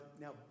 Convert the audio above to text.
now